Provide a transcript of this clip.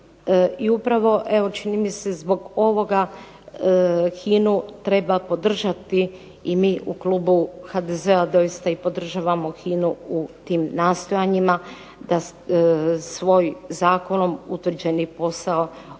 I upravo evo čini mi se zbog ovoga HINA-u treba podržati i mi u klubu HDZ-a doista i podržavamo HINA-u u tim nastojanjima da svoj zakonom utvrđeni posao obavlja